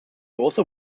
also